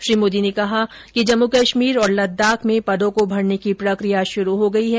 श्री मोदी ने कहा कि जम्मू कश्मीर और लद्दाख में पदों को भरने की प्रक्रिया शुरू हो गई है